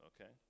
Okay